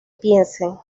piensen